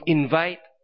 invite